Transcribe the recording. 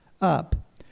Up